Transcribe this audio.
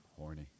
horny